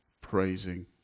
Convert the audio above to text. praising